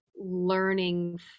learning